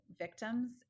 victims